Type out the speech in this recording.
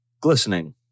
glistening